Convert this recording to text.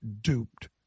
duped